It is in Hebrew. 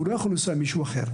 והוא לא יכול לנסוע עם מישהו אחר.